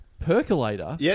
Percolator